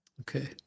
Okay